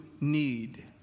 need